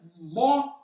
more